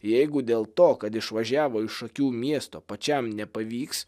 jeigu dėl to kad išvažiavo iš šakių miesto pačiam nepavyks